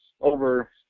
over